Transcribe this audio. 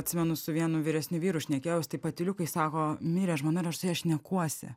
atsimenu su vienu vyresniu vyru šnekėjaus taip patyliukais sako mirė žmona ir aš su ja šnekuosi